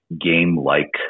game-like